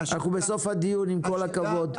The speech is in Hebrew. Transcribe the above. אנחנו בסוף הדיון עם כל הכבוד.